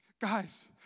Guys